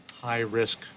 high-risk